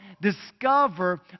discover